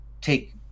take